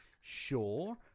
sure